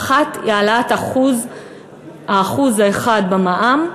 האחת היא העלאת ה-1% במע"מ,